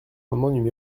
l’amendement